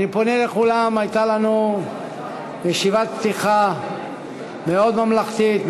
אני פונה אל כולם: הייתה לנו ישיבת פתיחה מאוד ממלכתית,